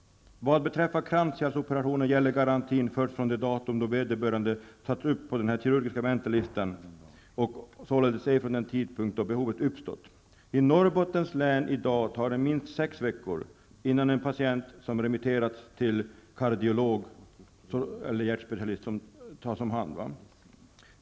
Vad beträffar kranskärlsoperationer gäller garantin först från det datum då vederbörande satts upp på den kirurgiska väntelistan, och således ej från den tidpunkt då behovet uppstått. I Norrbottens län tar det i dag minst sex veckor innan en patient som remitterats till kardiolog, dvs. hjärtspecialist, tas om hand.